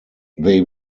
they